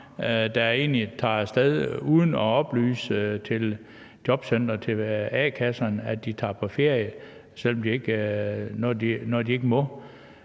der tager af sted uden at oplyse til jobcenteret, til a-kasserne, at de tager på ferie, selv om de ikke må.